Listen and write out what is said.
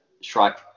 Strike